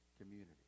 community